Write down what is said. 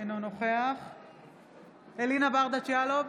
אינו נוכח אלינה ברדץ' יאלוב,